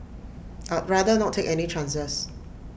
I'd rather not take any chances